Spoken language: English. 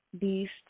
beast